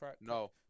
No